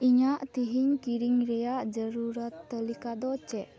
ᱤᱧᱟᱹᱜ ᱛᱮᱦᱮᱧ ᱠᱤᱨᱤᱧ ᱨᱮᱭᱟᱜ ᱡᱟᱹᱨᱩᱲ ᱟᱱ ᱛᱟᱹᱞᱤᱠᱟ ᱫᱚ ᱪᱮᱫ